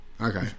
Okay